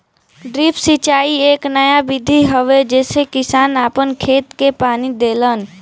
drip सिंचाई एक नया विधि हवे जेसे किसान आपन खेत के पानी देलन